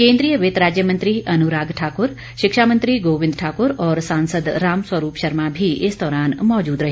केन्द्रीय वित्त राज्य मंत्री अनुराग ठाकुर शिक्षा मंत्री गोविन्द ठाकुर और सांसद राम स्वरूप शर्मा भी इस दौरान मौजूद रहे